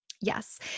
Yes